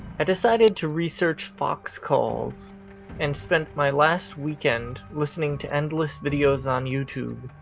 i decided to research fox calls and spent my last weekend listening to endless videos on youtube.